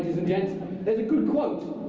there's a good quote